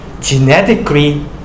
Genetically